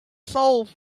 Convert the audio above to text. sold